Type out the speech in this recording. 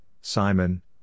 Simon